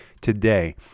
today